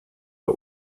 but